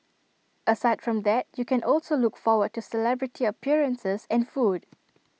aside from that you can also look forward to celebrity appearances and food